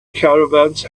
caravans